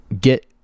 get